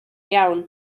iawn